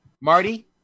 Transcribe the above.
Marty